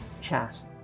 chat